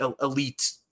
elite